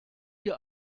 hier